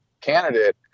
candidate